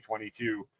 2022